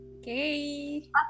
Okay